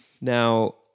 now